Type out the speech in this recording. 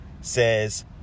says